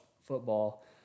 football